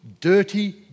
dirty